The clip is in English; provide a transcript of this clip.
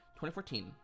2014